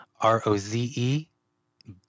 R-O-Z-E